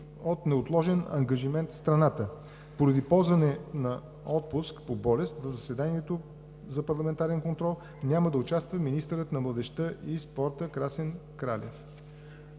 от неотложен ангажимент в страната. Поради ползване на отпуск по болест в заседанието за парламентарен контрол няма да участва министърът на младежта и спорта Красен Кралев.